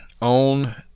on